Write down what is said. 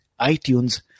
iTunes